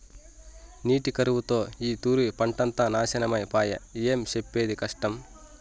నీటి కరువుతో ఈ తూరి పంటంతా నాశనమై పాయె, ఏం సెప్పేది కష్టం